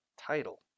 title